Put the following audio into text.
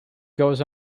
goes